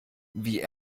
wie